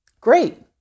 great